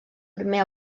primer